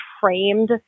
framed